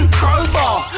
crowbar